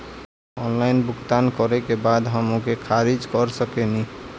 Online भुगतान करे के बाद हम ओके खारिज कर सकेनि?